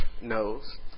knows